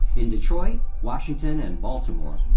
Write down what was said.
in detroit, washington, and baltimore,